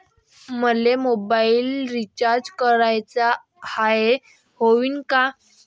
मले mobile recharge कराचा हाय, होईनं का?